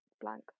blank